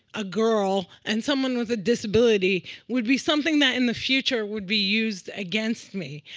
a girl, and someone with a disability would be something that in the future would be used against me.